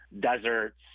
deserts